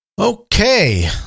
Okay